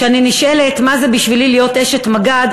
כשאני נשאלת מה זה בשבילי להיות אשת מג"ד,